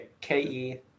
K-E